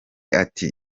ati